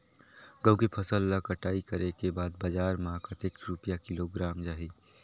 गंहू के फसल ला कटाई करे के बाद बजार मा कतेक रुपिया किलोग्राम जाही?